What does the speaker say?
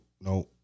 nope